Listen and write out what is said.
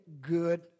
good